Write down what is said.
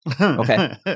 Okay